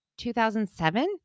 2007